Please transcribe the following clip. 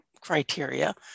criteria